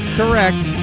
correct